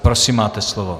Prosím, máte slovo.